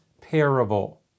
parable